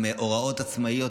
עם הוראות עצמאיות,